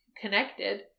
connected